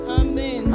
amen